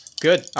Good